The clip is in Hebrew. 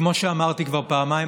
כמו שאמרתי כבר פעמיים,